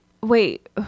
Wait